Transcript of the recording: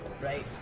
right